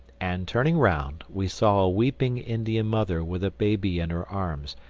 and turning round, we saw a weeping indian mother with a baby in her arms.